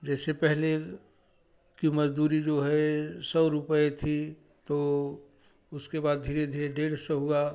जैसे पहले की मजदूरी जो है सौ रुपए थी तो उसके बाद धीरे धीरे डेढ़ सौ हुआ